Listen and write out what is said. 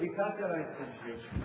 אני ויתרתי על 20 השניות שלי.